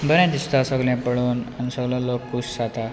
बरें दिसता सगळें पळोवन आनी सगलो लोक खूश जाता